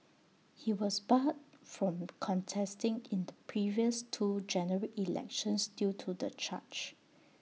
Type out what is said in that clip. he was barred from contesting in the previous two general elections due to the charge